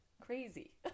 crazy